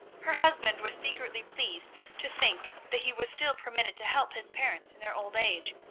her husband was secretly pleased to think that he was still permitted to help his parents in their old age,